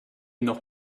noch